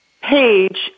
page